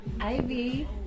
Ivy